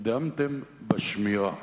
"נרדמתם בשמירה",